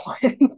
one